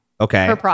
Okay